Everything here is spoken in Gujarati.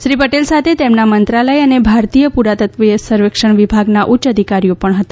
શ્રી પટેલ સાથે તેમના મંત્રાલય અને ભારતીય પુરાતત્ત્વીય સર્વેક્ષણ વિભાગના ઉચ્ચ અધિકારીઓ પણ હતા